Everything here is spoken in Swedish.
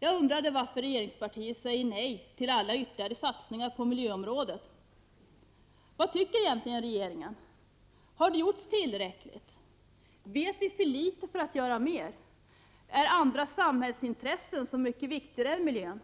Jag undrade varför regeringspartiet säger nej till alla ytterligare satsningar på miljöområdet. Vad tycker egentligen regeringen? Har det gjorts tillräckligt? Vet vi för litet för att göra mer? Är andra samhällsintressen så mycket viktigare än miljön?